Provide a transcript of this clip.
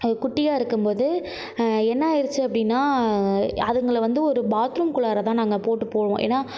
அது குட்டியாக இருக்கும்போது என்னாயிருச்சு அப்படின்னா அதுங்களை வந்து ஒரு பாத்ரூம்குள்ளார தான் நாங்கள் போட்டு போவோம் ஏன்னால்